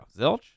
Zilch